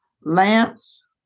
lamps